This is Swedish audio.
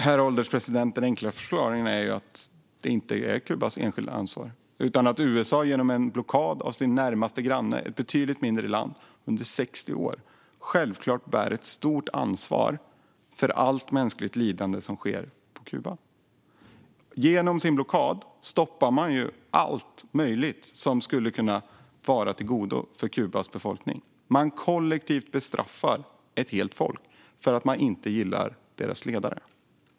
Herr ålderspresident! Den enkla förklaringen är att det inte är Kubas enskilda ansvar. Genom en 60 år lång blockad av sin närmaste granne, ett betydligt mindre land, bär USA självklart ett stort ansvar för allt mänskligt lidande på Kuba. Genom sin blockad stoppar man allt möjligt som skulle kunna vara av godo för Kubas befolkning. Man bestraffar kollektivt ett helt folk för att man inte gillar deras ledare.